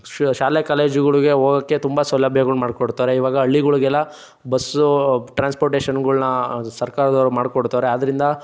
ಶ್ ಶಾಲೆ ಕಾಲೇಜುಗಳಿಗೆ ಹೋಗೋಕ್ಕೆ ತುಂಬ ಸೌಲಭ್ಯಗಳು ಮಾಡ್ಕೊಡ್ತಾರೆ ಈವಾಗ ಹಳ್ಳಿಗಳಿಗೆಲ್ಲ ಬಸ್ಸು ಟ್ರಾನ್ಸ್ಪೋರ್ಟೇಶನ್ಗಳನ್ನ ಸರ್ಕಾರದವರು ಮಾಡ್ಕೊಡ್ತಾರೆ ಆದ್ದರಿಂದ